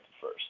first